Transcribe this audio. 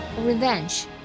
revenge